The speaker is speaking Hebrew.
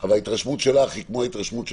אבל ההתרשמות שלנו היא כמו ההתרשמות שלנו,